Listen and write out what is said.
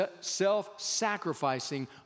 self-sacrificing